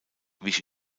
wich